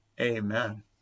Amen